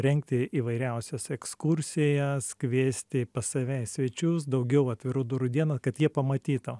rengti įvairiausias ekskursijas kviesti pas save į svečius daugiau atvirų durų dieną kad jie pamatytų